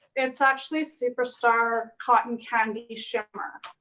it's actually superstar cotton candy shimmer.